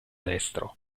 destro